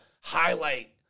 highlight